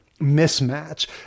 mismatch